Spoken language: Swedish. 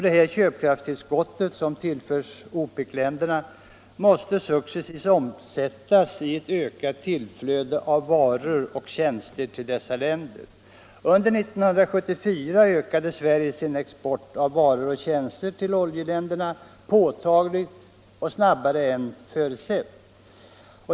Detta köpkraftstillskott som tillförts OPEC länderna måste successivt omsättas i ett ökat tillflöde av varor och tjänster till dessa länder. Under 1974 ökade Sverige sin export av varor och tjänster till oljeländerna påtagligt och snabbare än förutsett.